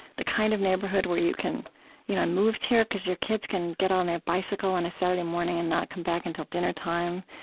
the kind of neighborhood where you can you know i moved here because your kids can get on their bicycle on a saturday morning and not come back until dinnertime.